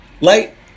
Light